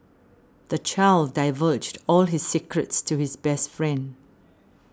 the child divulged all his secrets to his best friend